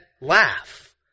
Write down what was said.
laugh